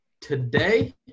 today